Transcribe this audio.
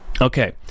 Okay